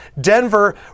Denver